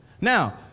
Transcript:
Now